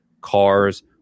cars